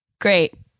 Great